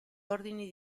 ordini